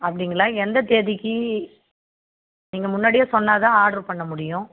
அப்படிங்களா எந்த தேதிக்கு நீங்கள் முன்னாடியே சொன்னால் தான் ஆட்ரு பண்ண முடியும்